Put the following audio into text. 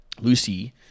Lucy